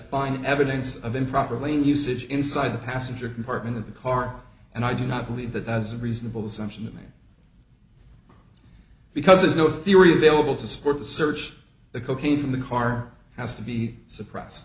find evidence of improper lane usage inside the passenger compartment of the car and i do not believe that as a reasonable assumption that because there's no theory available to support the search the cocaine in the car has to be suppressed